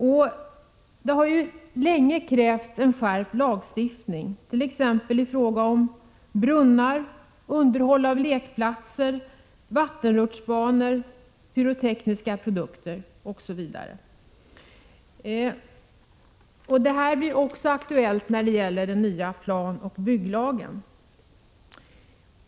Barnmiljörådet har länge krävt en skärpt lagstiftning, t.ex. i fråga om ansvar för brunnar, underhåll av lekplatser, vattenrutschbanor, pyrotekniska produkter. Detta kommer att bli aktuellt med den nya planoch bygglagen.